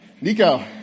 Nico